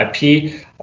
IP